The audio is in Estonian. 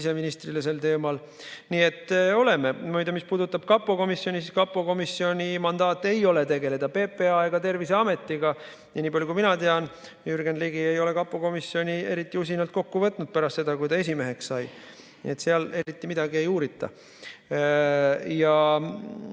siseministrile sel teemal. Nii et oleme [küsinud]. Muide, mis puudutab kapo komisjoni, siis kapo komisjoni mandaat ei ole tegeleda PPA ega Terviseametiga. Ja nii palju, kui mina tean, Jürgen Ligi ei ole kapo komisjoni eriti usinalt kokku võtnud pärast seda, kui ta esimeheks sai. Nii et seal eriti midagi ei uurita.